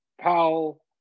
Powell